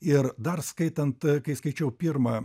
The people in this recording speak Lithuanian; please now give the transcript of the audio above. ir dar skaitant kai skaičiau pirmą